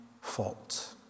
fault